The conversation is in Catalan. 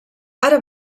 ara